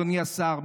אדוני השר,